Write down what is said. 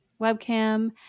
webcam